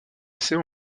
essais